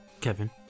kevin